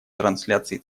трансляции